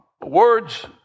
Words